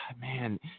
man